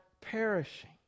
perishing